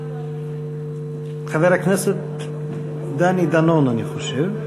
חבר הכנסת דני דנון, אני חושב.